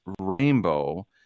rainbow